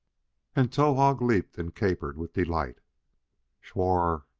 and towahg leaped and capered with delight. szhwarr!